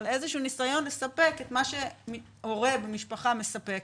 אבל איזשהו ניסיון לספק את מה שהורה במשפחה מספק,